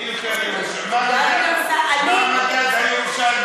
מי יותר ירושלמי,